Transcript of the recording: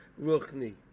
Ruchni